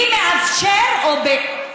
מי מאפשר להן,